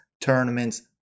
tournament's